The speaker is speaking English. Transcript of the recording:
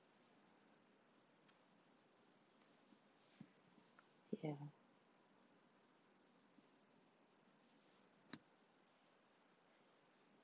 ya